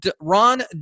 Ron